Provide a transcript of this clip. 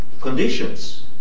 conditions